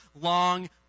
long